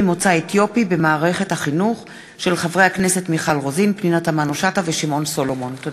אברהם מיכאלי ושמעון אוחיון בנושא: